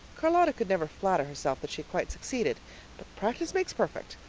charlotta could never flatter herself that she quite succeeded but practice makes perfect,